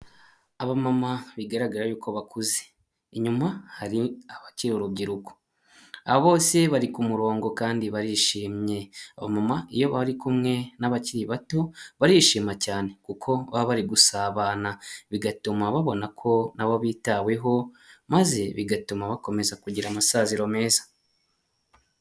Abamama bigaragaye yuko bakuze, inyuma hari abakiri urubyiruko. Abo bose bari ku murongo kandi barishimye abamama iyo bari kumwe n'abakiri bato barishima cyane kuko baba bari gusabana, bigatuma babona ko nabo bitaweho maze bigatuma bakomeza kugira amasaziro meza.